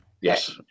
Yes